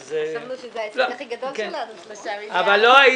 אז -- חשבנו שזה ההישג הכי גדול שלנו שלושה מיליארד.